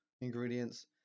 ingredients